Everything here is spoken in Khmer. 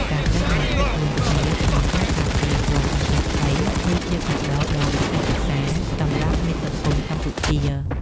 ការប្តេជ្ញាចិត្តរួមគ្នាក្នុងការការពារគ្រោះអគ្គិភ័យ គឺជាកាដូដ៏វិសេសវិសាលសម្រាប់មាតុភូមិកម្ពុជា។